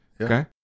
Okay